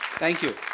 thank you.